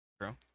True